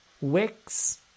wicks